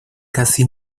casi